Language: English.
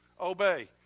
obey